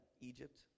Egypt